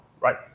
right